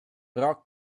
rock